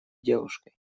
девушкой